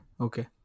Okay